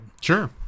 sure